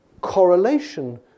correlation